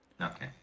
Okay